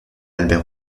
albert